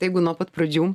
jeigu nuo pat pradžių